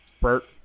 Bert